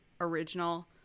original